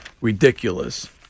ridiculous